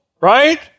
right